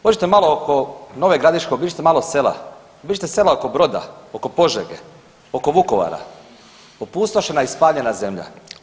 Pođite malo oko Nove Gradiške, obiđite malo sela, obiđite sela oko Broda, oko Požege, oko Vukovara, opustošena i spaljena zemlja.